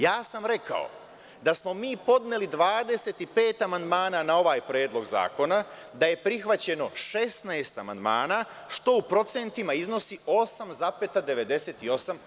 Ja sam rekaoda smo mi podneli 25 amandmana na ovaj predlog zakona, da je prihvaćeno 16 amandmana, što u procentima iznosi 8,98%